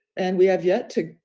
and we have yet to.